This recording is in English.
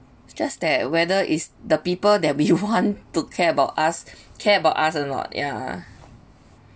it's just that whether is the people that we want to care about us care about us or not yeah